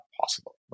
possible